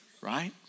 right